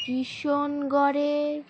কিষণগড়ের